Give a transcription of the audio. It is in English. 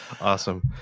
awesome